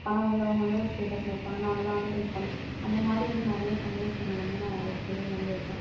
பணம் உள்ளவங்க வந்து ஒரு ஸ்டேட்டஸில் இருப்பாங்க நாங்களெளாம் வந்து கொஞ்சம் கம்மி அந்த மாதிரி வந்து நிறைய சந்தோஷங்கள் வந்து நான் வாழ்க்கையில் இழந்துருக்கேன்